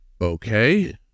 Okay